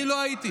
אני לא הייתי.